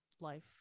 life